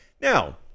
Now